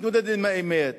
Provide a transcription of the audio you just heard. להתמודד עם האמת